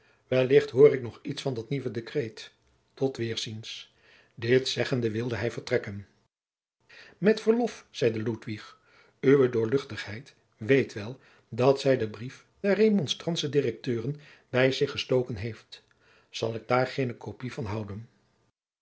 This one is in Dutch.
wellicht hoor ik nog iets van dat nieuwe decreet tot wederziens dit zeggende wilde hij vertrekken met verlof zeide ludwig uwe doorl weet wel dat zij den brief der remonstrantsche directeuren bij zich gestoken heeft zal ik daar geene kopij van houden